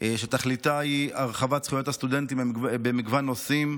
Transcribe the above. שתכליתה היא הרחבת זכויות הסטודנטים במגוון נושאים.